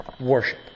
Worship